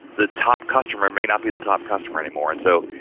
the top customer may not be the top customer anymore and so,